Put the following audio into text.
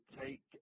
take